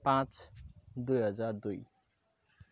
पाँच दुई हजार दुई